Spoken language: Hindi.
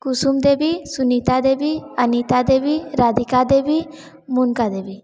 कुसुम देवी सुनीता देवी अनीता देवी राधिका देवी मुनका देवी